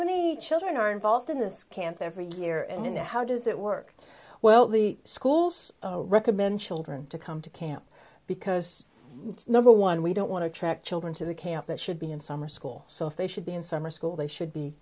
many children are involved in this camp every year and how does it work well the schools recommend children to come to camp because number one we don't want to attract children to the camp that should be in summer school so if they should be in summer school they should be